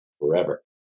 forever